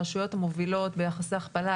הרשויות המובילות ביחסי הכפלה,